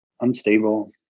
unstable